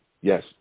Yes